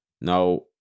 now